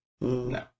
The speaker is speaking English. no